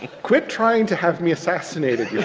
quit trying to have me assassinated you